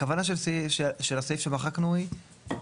הכוונה של הסעיף שמחקנו היא,